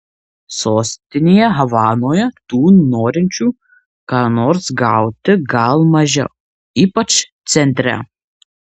sostinėje havanoje tų norinčių ką nors gauti gal mažiau ypač centre